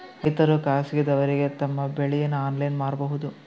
ರೈತರು ಖಾಸಗಿದವರಗೆ ತಮ್ಮ ಬೆಳಿ ಆನ್ಲೈನ್ ಮಾರಬಹುದು?